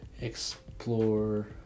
explore